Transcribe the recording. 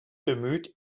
bemüht